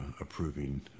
approving